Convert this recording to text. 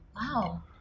wow